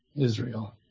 israel